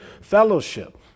fellowship